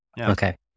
Okay